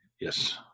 Yes